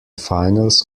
finals